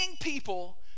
people